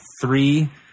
three